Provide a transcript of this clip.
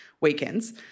weekends